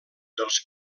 dels